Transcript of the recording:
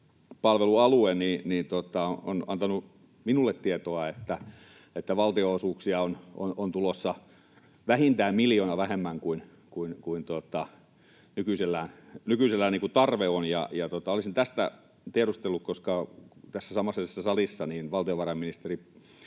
työllisyyspalvelualue on antanut minulle tietoa, että valtionosuuksia on tulossa vähintään miljoona vähemmän kuin on nykyisellään tarve. Olisin tästä tiedustelut, koska tässä samaisessa salissa valtiovarainministeri